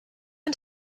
ein